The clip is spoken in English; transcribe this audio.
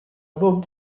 about